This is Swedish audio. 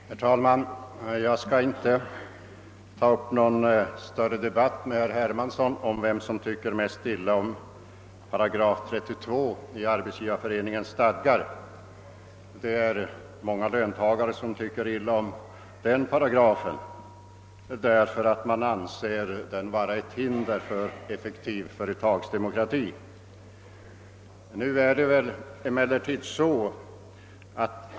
Herr talman! Jag skall inte ta upp någon större debatt med herr Hermansson om vem som tycker mest illa om 8 32 i Arbetsgivareföreningens stadgar. Många löntagare tycker illa om den därför att de anser att den utgör ett hinder för en effektiv företagsdemokrati.